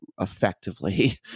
effectively